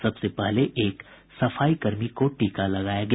सबसे पहले एक सफाईकर्मी को टीका लगाया गया